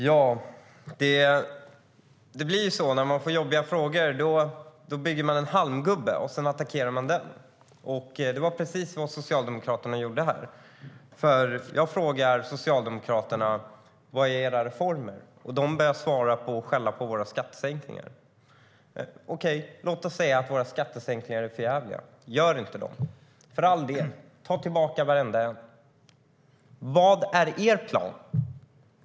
Herr talman! När man får jobbiga frågor bygger man en halmgubbe och attackerar den. Det var precis vad Socialdemokraterna gjorde här. Jag frågar socialdemokraterna vilka deras reformer är och de börjar skälla på våra skattesänkningar. Låt oss säga att våra skattesänkningar är för jävliga. Okej, gör dem inte! För all del, ta tillbaka dem, varenda en. Vad är er plan, Ylva Johansson?